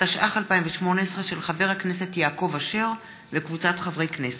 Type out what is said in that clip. התשע"ח 2018 של חבר הכנסת יעקב אשר וקבוצת חברי הכנסת.